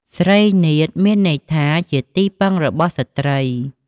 ស្រីនាថ មានន័យថាជាទីពឹងរបស់ស្រ្តី។